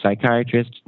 psychiatrist